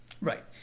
Right